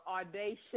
audacious